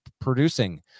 producing